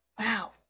Wow